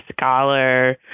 scholar